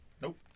Nope